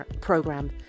program